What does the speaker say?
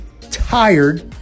tired